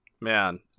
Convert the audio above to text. man